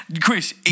Chris